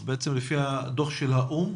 בעצם לפי הדוח של האו"ם,